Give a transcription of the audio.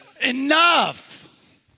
Enough